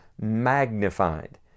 magnified